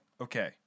Okay